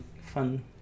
fun